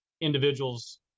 individuals